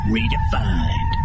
Redefined